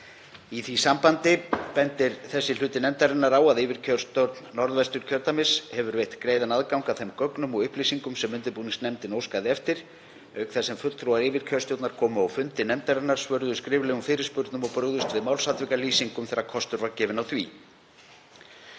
Í því sambandi benda undirrituð á að yfirkjörstjórn Norðvesturkjördæmis hefur veitt greiðan aðgang að þeim gögnum og upplýsingum sem undirbúningsnefndin óskaði eftir auk þess sem fulltrúar yfirkjörstjórnar komu á fundi nefndarinnar, svöruðu skriflegum fyrirspurnum og brugðust við málsatvikalýsingum þegar kostur var gefinn á því.